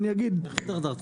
אני אגיד איך הגעתי